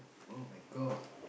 !oh-my-God!